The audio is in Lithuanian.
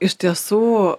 iš tiesų